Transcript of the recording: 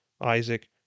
Isaac